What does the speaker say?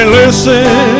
listen